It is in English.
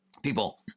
People